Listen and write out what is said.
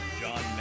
John